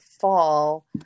fall